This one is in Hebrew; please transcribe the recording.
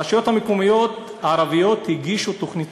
הרשויות המקומיות הערביות הגישו תוכנית